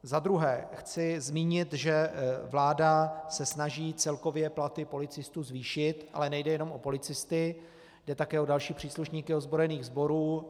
Za druhé chci zmínit, že vláda se snaží celkově platy policistů zvýšit, ale nejde jenom o policisty, jde také o další příslušníky ozbrojených sborů.